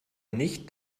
nicht